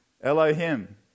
Elohim